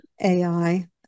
AI